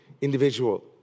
individual